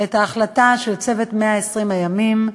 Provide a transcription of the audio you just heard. את ההחלטה של "צוות 120 הימים",